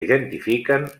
identifiquen